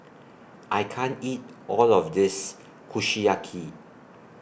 I can't eat All of This Kushiyaki